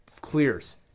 clears